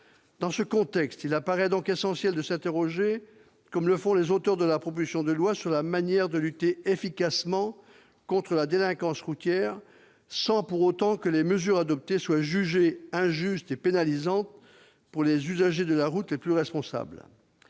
Dans ce contexte, il paraît donc essentiel de s'interroger, comme le font les auteurs de la proposition de loi, sur la manière de lutter efficacement contre la délinquance routière, sans pour autant que les mesures adoptées soient jugées injustes et pénalisantes pour les usagers de la route les plus vertueux.